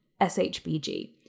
SHBG